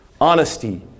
honesty